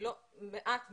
מעט מאוד.